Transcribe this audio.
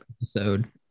episode